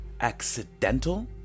accidental